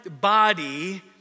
body